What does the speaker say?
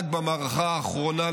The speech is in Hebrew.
רק במערכה האחרונה,